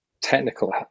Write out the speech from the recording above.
technical